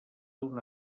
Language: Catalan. una